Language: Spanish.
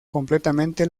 completamente